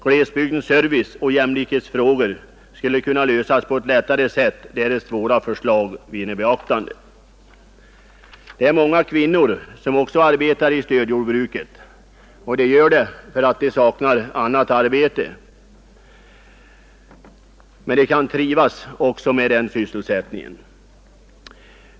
Glesbygdens serviceoch jämlikhetsfrågor skulle kunna lösas på ett lättare sätt därest våra förslag beaktades. Många kvinnor arbetar i stödjordbruket, och de saknar annat arbete. Men de trivs också med den sysselsättningen.